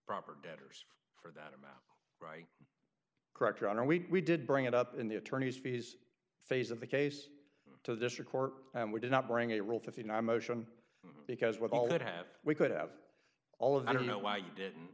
proper debtors for that amount right correct your honor we did bring it up in the attorney's fees phase of the case to the district court and we did not bring a rule fifty nine motion because with all that have we could have all of i don't know why you didn't